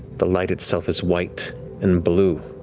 the light itself is white and blue,